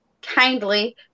Kindly